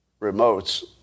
remotes